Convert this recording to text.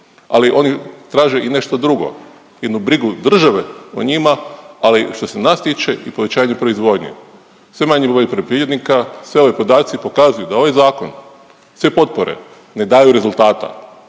ali oni traže i nešto drugo. Jednu brigu države o njima, ali što se nas tiče i povećanje proizvodnje. Sve manji broj je poljoprivrednika. Svi ovi podaci pokazuju da ovaj zakon, sve potpore ne daju rezultata,